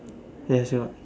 yes what